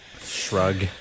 Shrug